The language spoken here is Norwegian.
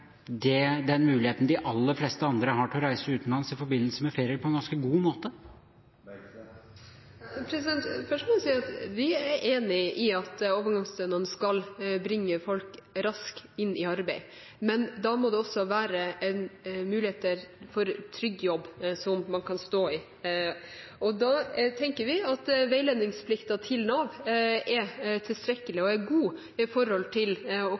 til den muligheten de aller fleste andre har til å reise utenlands i forbindelse med ferier på en ganske god måte? Først må jeg si at vi er enig i at overgangsstønaden skal bringe folk raskt inn i arbeid, men da må det også være muligheter for trygg jobb som man kan stå i. Da tenker vi at veiledningsplikten til Nav er tilstrekkelig og god med tanke å kunne hjelpe den som skal kvalifisere seg til